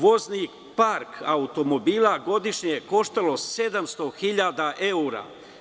Vozni park automobila godišnje je koštao 700 hiljada evra.